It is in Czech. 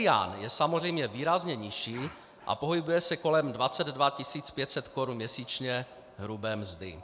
Medián je samozřejmě výrazně nižší a pohybuje se kolem 22 500 korun měsíčně hrubé mzdy.